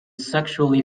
sexually